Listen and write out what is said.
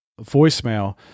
voicemail